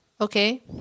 okay